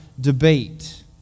debate